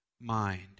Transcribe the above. mind